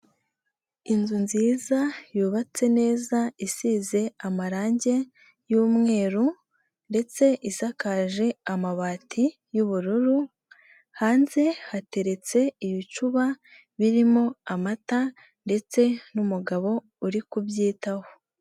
Inzu nziza yubatse neza isize amarange y'umweru ndetse isakaje amabati y'ubururu, hanze hateretse ibicuba birimo amata ndetse n'umugabo uri kubyitaho.